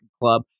club